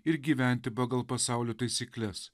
ir gyventi pagal pasaulio taisykles